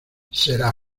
será